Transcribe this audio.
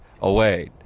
away